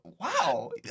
Wow